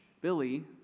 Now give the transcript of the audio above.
Billy